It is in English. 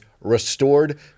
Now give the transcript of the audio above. Restored